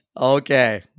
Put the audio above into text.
Okay